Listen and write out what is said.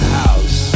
house